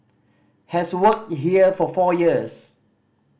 has worked here for four years